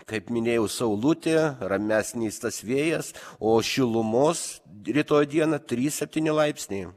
kaip minėjau saulutė ramesnis tas vėjas o šilumos rytoj dieną trys septyni laipsniai